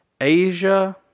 Asia